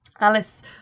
Alice